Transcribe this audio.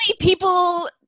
people